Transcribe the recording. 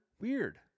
Weird